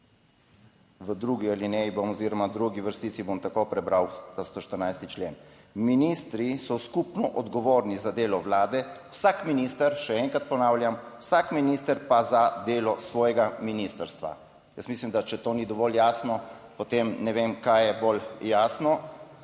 v drugi alineji bom oziroma v drugi vrstici bom tako prebral ta 114. člen: Ministri so skupno odgovorni za delo Vlade, vsak minister, še enkrat ponavljam, vsak minister pa za delo svojega ministrstva. Jaz mislim, da če to ni dovolj jasno, potem ne vem kaj je bolj jasno.